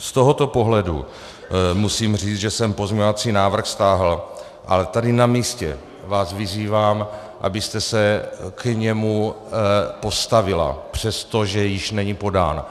Z tohoto pohledu musím říct, že jsem pozměňovací návrh stáhl, a tady na místě vás vyzývám, abyste se k němu postavila, přestože již není podán.